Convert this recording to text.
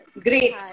Great